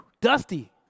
Dusty